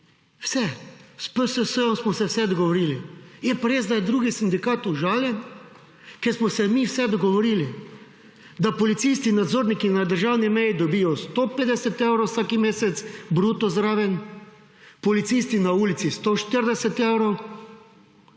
vse. S PSS-jem smo se vse dogovorili. Je pa res, da je drugi sindikat užaljen, ker smo se mi vse dogovorili, da policisti, nadzorniki na državni meji dobijo 150 evrov vsaki mesec, bruto, zraven, policisti na ulici 140 evrov,